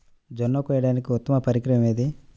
జొన్న కోయడానికి ఉత్తమ పరికరం ఏది?